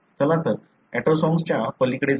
तर चला ऑटोसोम्सच्या पलीकडे जाऊया